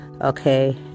okay